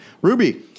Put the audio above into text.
Ruby